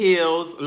Hills